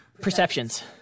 perceptions